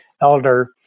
Elder